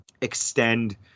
extend